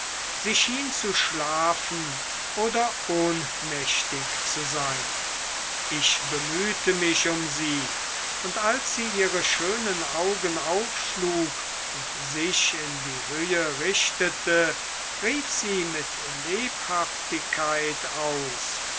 sie schien zu schlafen oder ohnmächtig zu sein ich bemühte mich um sie und als sie ihre schönen augen aufschlug und sich in die höhe richtete rief sie mit lebhaftigkeit aus